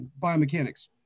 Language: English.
biomechanics